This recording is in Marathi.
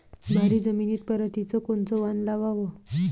भारी जमिनीत पराटीचं कोनचं वान लावाव?